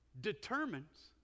determines